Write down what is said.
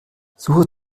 suche